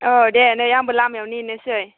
औ दे नै आंबो लामायाव नेनोसै